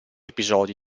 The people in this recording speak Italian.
episodi